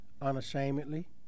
unashamedly